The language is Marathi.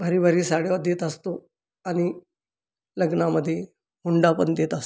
भारी भारी साड्या देत असतो आणि लग्नामध्ये हुंडापण देत अस्